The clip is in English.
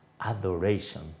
adoration